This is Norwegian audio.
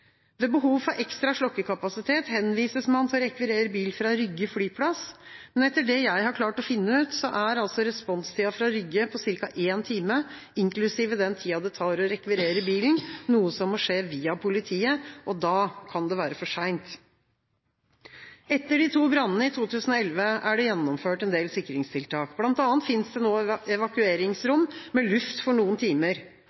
Ved behov for ekstra slokkekapasitet henvises man til å rekvirere bil fra Rygge flyplass, men etter det jeg har klart å finne ut, er responstida fra Rygge på ca. én time, inklusiv den tida det tar å rekvirere bilen, noe som må skje via politiet. Da kan det være for seint. Etter de to brannene i 2011 er det gjennomført en del sikringstiltak, bl.a. fins det nå